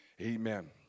Amen